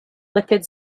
lipid